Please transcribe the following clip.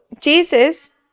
Jesus